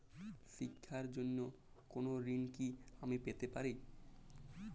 শিক্ষার জন্য কোনো ঋণ কি আমি পেতে পারি?